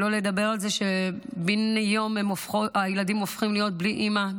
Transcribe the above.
שלא לדבר על זה שביום הילדים הופכים להיות בלי אימא,